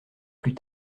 plus